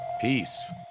peace